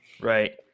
Right